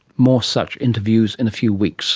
more such interviews in a few weeks